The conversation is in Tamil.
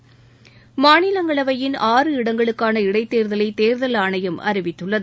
நாடாளுமன்றமாநிலங்களவையின் ஆறு இடங்களுக்கான இடைத்தேர்தலைதேர்தல் ஆணையம் அறிவித்துள்ளது